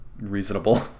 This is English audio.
reasonable